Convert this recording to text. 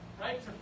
right